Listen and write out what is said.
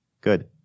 Good